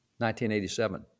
1987